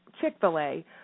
Chick-fil-A